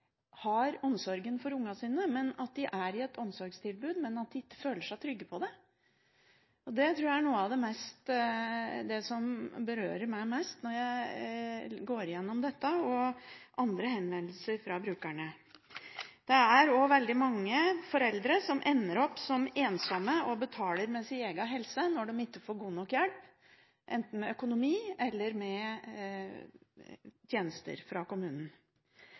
har omsorgen for ungene sine: at de er i et omsorgstilbud, men at de ikke føler seg trygge på det. Det tror jeg er noe av det som berører meg mest når jeg går igjennom dette og andre henvendelser fra brukerne. Det er også veldig mange foreldre som ender opp som ensomme, og som betaler med sin egen helse når de ikke får god nok hjelp, enten det gjelder økonomi eller tjenester fra kommunen.